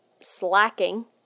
slacking